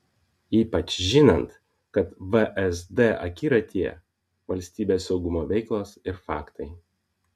ypač žinant kad vsd akiratyje valstybės saugumo veiklos ir faktai